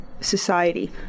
society